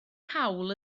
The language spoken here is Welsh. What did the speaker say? cawl